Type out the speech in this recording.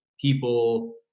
people